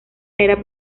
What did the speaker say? era